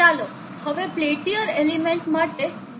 ચાલો હવે Peltier element માટે ડેટા શીટ જોઈએ